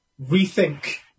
rethink